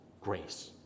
Grace